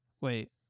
Wait